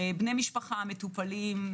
בני משפחה, מטופלים.